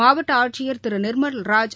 மாவட்ட ஆட்சியர் திருநிாமல்ராஜ்